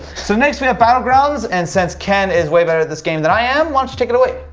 so next we have battlegrounds, and since ken is way better at this game than i am, why don't you take it away?